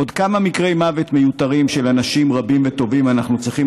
עוד כמה מקרי מוות מיותרים של אנשים רבים וטובים אנחנו צריכים